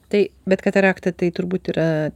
tai bet katarakta tai turbūt yra